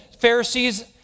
Pharisees